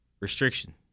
Restriction